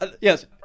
yes